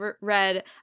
read